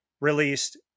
released